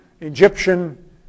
Egyptian